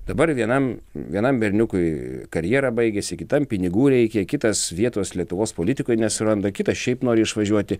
dabar vienam vienam berniukui karjera baigiasi kitam pinigų reikia kitas vietos lietuvos politikoj nesuranda kitas šiaip nori išvažiuoti